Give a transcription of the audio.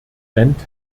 rennt